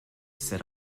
set